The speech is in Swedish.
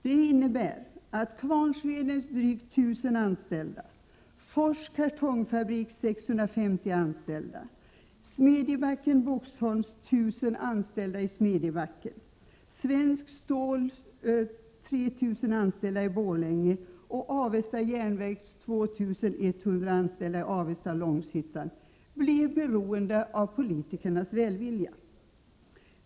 Det innebär att Kvarnsvedens drygt 1 000 anställda, Fors kartongfabriks 650 anställda, Smedjebacken-Boxholms 1000 anställda i Smedjebacken, Svenskt Ståls 3 000 anställda i Borlänge och Avesta Jernverks 2 100 anställda i Avesta och Långshyttan blir beroende av politikernas välvilja.